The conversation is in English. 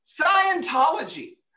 Scientology